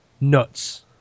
nuts